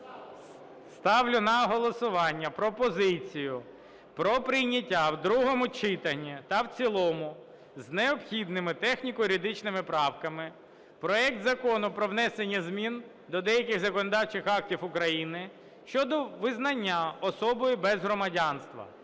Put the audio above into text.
Ставлю на голосування пропозицію про прийняття в другому читанні та в цілому з необхідними техніко-юридичними правками проект Закону про внесення змін до деяких законодавчих актів України щодо визнання особою без громадянства